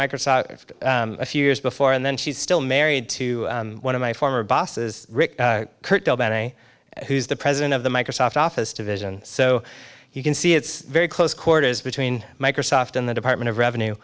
microsoft a few years before and then she's still married to one of my former bosses rick who's the president of the microsoft office division so you can see it's very close quarters between microsoft and the department of revenue